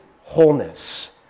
wholeness